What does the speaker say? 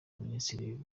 minisitiri